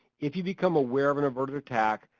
if you become aware of an averted attack,